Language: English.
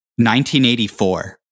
1984